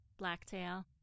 Blacktail